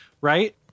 right